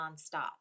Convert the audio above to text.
nonstop